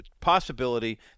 possibility